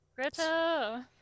Greta